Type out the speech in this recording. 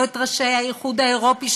לא את ראשי האיחוד האירופי,